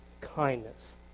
kindness